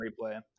replay